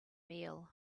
meal